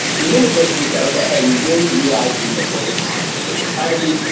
zoom has basically said, okay. hey, we really realized we need to focus on security and privacy.